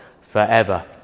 forever